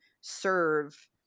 serve